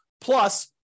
plus